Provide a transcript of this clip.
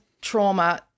trauma